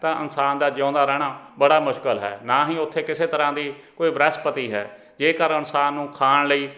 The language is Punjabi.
ਤਾਂ ਇਨਸਾਨ ਦਾ ਜਿਉਂਦਾ ਰਹਿਣਾ ਬੜਾ ਮੁਸ਼ਕਲ ਹੈ ਨਾ ਹੀ ਉੱਥੇ ਕਿਸੇ ਤਰ੍ਹਾਂ ਦੀ ਕੋਈ ਬਨਸਪਤੀ ਹੈ ਜੇਕਰ ਇਨਸਾਨ ਨੂੰ ਖਾਣ ਲਈ